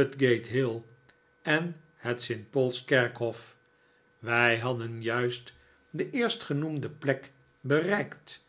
spenlow en jorkins in doctor's commons mijn hadden juist de eerstgenoemde plek bereikt